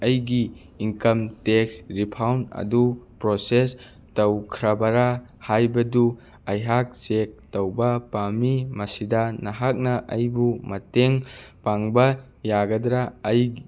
ꯑꯩꯒꯤ income tax refund ꯑꯗꯨ process ꯇꯧꯈ꯭ꯔꯕꯔꯥ ꯍꯥꯏꯕꯗꯨ ꯑꯩꯍꯥꯛ ꯆꯦꯛ ꯇꯧꯕ ꯄꯥꯝꯃꯤ ꯃꯁꯤꯗ ꯅꯍꯥꯛꯅ ꯑꯩꯕꯨ ꯃꯇꯦꯡ ꯄꯥꯡꯕ ꯌꯥꯒꯗ꯭ꯔꯥ ꯑꯩ